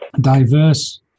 diverse